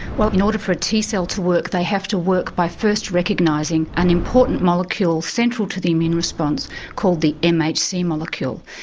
well in order for a t cell to work they have to work by first recognising an important molecule central to the immune response called the mhc molecule.